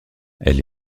elle